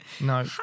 No